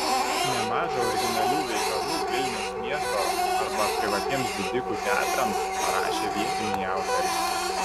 nemaža originalių veikalų vilniaus miesto arba privatiems didikų teatrams parašė vietiniai autoriai